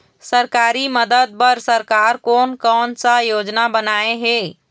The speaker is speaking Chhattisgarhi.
सरकारी मदद बर सरकार कोन कौन सा योजना बनाए हे?